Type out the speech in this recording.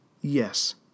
yes